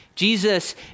Jesus